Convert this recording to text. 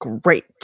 great